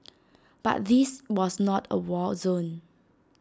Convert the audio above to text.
but this was not A war zone